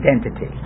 identity